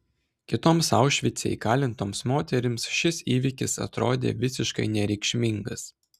kitoms aušvice įkalintoms moterims šis įvykis atrodė visiškai nereikšmingas